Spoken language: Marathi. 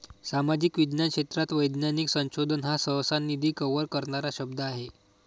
सामाजिक विज्ञान क्षेत्रात वैज्ञानिक संशोधन हा सहसा, निधी कव्हर करणारा शब्द आहे